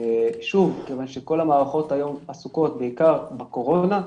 כיוון שכל המערכות היום עסוקות בעיקר בקורונה.